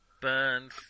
burns